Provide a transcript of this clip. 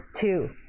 two